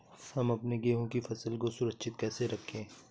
हम अपने गेहूँ की फसल को सुरक्षित कैसे रखें?